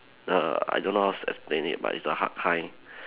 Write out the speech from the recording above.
uh I don't know how to explain it but it's the hard kind